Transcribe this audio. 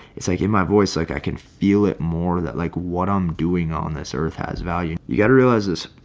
it's like in my voice like, i can feel it more that like what i'm doing on this earth has value, you got to realize this.